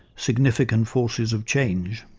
significant forces of change.